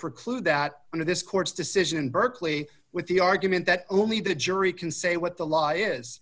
preclude that under this court's decision berkley with the argument that only the jury can say what the law is